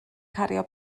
cario